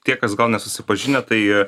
tie kas gal nesusipažinę tai